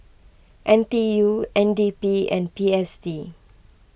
N T U N D P and P S D